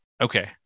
Okay